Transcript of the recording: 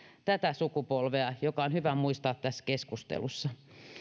tätä sukupolvea mikä on hyvä muistaa tässä keskustelussa